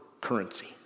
currency